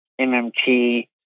MMT